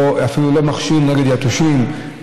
אפילו לא מכשיר נגד יתושים,